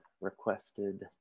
requested